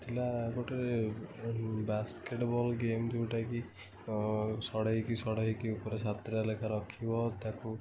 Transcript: ଥିଲା ଗୋଟେ basketball game ଯେଉଁଟା କି ସଢ଼େଇ କି ସଢ଼େଇ କି ଉପରେ ସାତଟା ଲେଖା ରଖିବ ତାକୁ